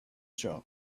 job